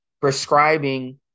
prescribing